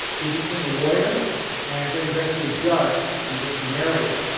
he became a lawyer and then eventually a judge in the richmond area.